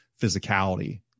physicality